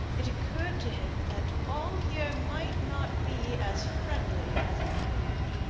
it occurred to him that all here might not be as friendly as appeared.